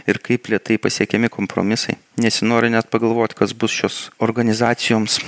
ir kaip lėtai pasiekiami kompromisai nesinori net pagalvot kas bus šios organizacijoms